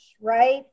right